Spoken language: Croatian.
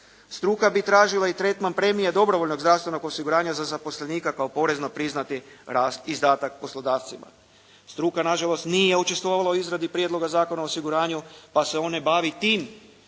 Struka bi tražila i tretman premije dobrovoljnog zdravstvenog osiguranja za zaposlenika kao porezno priznati izdatak poslodavcima. Struka nažalost nije učestvovala u izradi Prijedloga zakona o osiguranju pa se on ne bavi tim